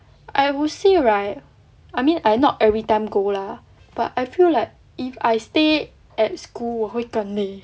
I will say right I mean I not everytime go lah but I feel like if I stay at school 我会更累